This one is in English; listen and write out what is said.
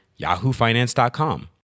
yahoofinance.com